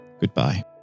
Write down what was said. goodbye